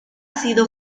sido